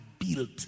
built